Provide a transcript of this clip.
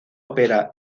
opera